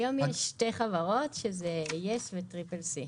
היום יש שתי חברות שזה יס וטריפל סי.